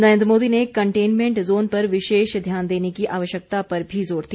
नरेन्द्र मोदी ने containment zone पर विशेष ध्यान देने की आवश्यकता पर भी जोर दिया